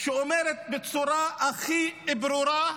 שאומרת בצורה הכי ברורה: